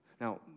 Now